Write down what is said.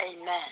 Amen